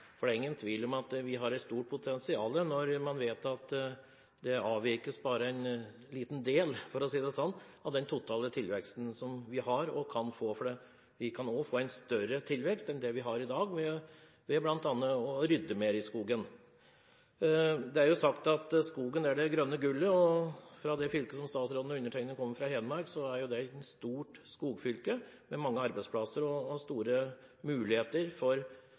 For det er ingen tvil om at vi har et stort potensial når man vet at det avvirkes bare en liten del – for å si det sånn – av den totale tilveksten som vi har og kan få, for vi kan få en større tilvekst enn vi har i dag ved bl.a. å rydde mer i skogen. Det er sagt at skogen er «det grønne gullet». Det fylket som statsråden og undertegnede kommer fra, Hedmark, er jo et stort skogfylke med mange arbeidsplasser og store muligheter for